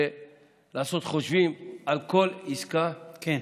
ולעשות חושבים על כל עסקה, כן.